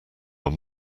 were